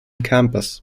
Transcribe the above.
campus